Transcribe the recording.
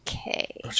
Okay